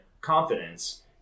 confidence